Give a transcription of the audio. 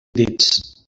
dits